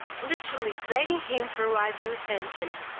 literally begging him for rides and attention,